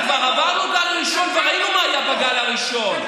אנחנו כבר עברנו גל ראשון וראינו מה היה בגל הראשון.